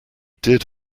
did